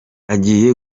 agiye